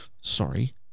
Sorry